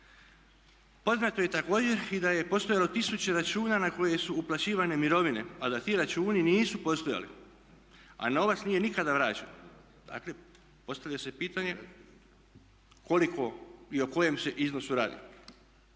Poznato je također i da je postojalo tisuće računa na koje su uplaćivane mirovine a da ti računi nisu postojali a novac nije nikada vraćen. Dakle postavlja se pitanje koliko i o kojem se iznosu radi